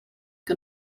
que